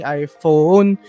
iPhone